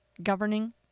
governing